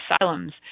asylums